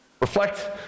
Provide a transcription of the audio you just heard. Reflect